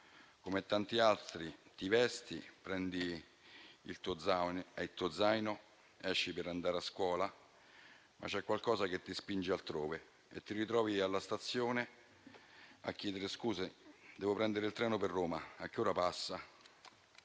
come tanti altri, ti vesti, prendi il tuo zaino ed esci per andare a scuola, ma c'è qualcosa che ti spinge altrove e ti ritrovi alla stazione a chiedere «scusi, devo prendere il treno per Roma: a che ora passa?».